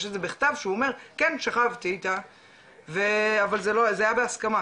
יש את זה בכתב שהוא אומר כן שכבתי איתה אבל זה היה בהסכמה